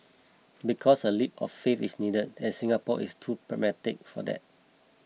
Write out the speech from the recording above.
because a leap of faith is needed and Singapore is too pragmatic for that